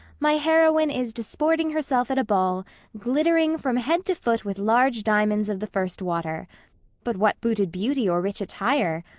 my heroine is disporting herself at a ball glittering from head to foot with large diamonds of the first water but what booted beauty or rich attire?